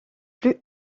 plus